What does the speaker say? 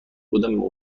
بودم